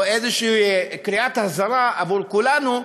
או איזו קריאת אזהרה עבור כולנו,